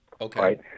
Okay